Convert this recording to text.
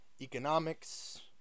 economics